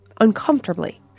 uncomfortably